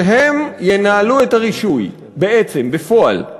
שהם ינהלו את הרישוי בעצם, בפועל.